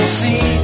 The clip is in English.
see